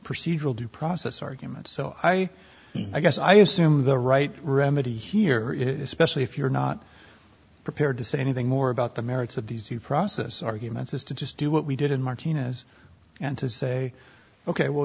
procedural due process argument so i guess i assume the right remedy here is especially if you're not prepared to say anything more about the merits of these two process arguments is to just do what we did in martina's and to say ok well